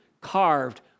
carved